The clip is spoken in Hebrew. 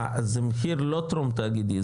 אה זה מחיר לא טרום תאגידי,